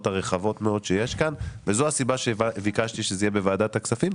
הרחבות מאוד שיש כאן וזו הסיבה שביקשתי שזה יהיה בוועדת הכספים,